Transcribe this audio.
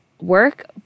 work